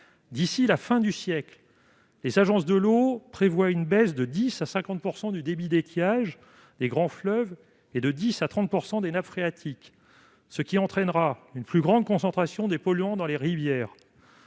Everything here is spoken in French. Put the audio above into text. D'ici à la fin du siècle, les agences de l'eau prévoient une baisse de 10 % à 50 % du débit d'étiage des grands fleuves et de 10 % à 30 % des nappes phréatiques, ce qui entraînera une plus grande concentration des polluants dans les rivières.